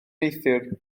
neithiwr